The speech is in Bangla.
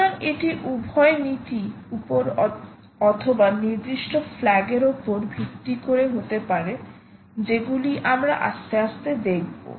সুতরাং এটি উভয় নীতি উপর অথবা নির্দিষ্ট ফ্ল্যাগ এর উপর ভিত্তি করে হতে পারে যেগুলি আমরা আস্তে আস্তে দেখব